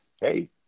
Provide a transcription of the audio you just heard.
Hey